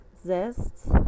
exists